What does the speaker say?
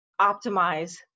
optimize